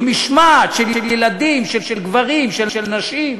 עם משמעת, של ילדים, של גברים, של נשים.